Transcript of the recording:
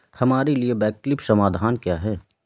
हमारे लिए वैकल्पिक समाधान क्या है?